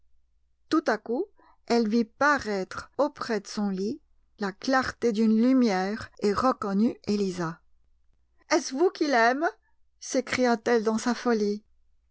tout à coup elle vit paraître auprès de son lit la clarté d'une lumière et reconnut élisa est-ce vous qu'il aime s'écria-t-elle dans sa folie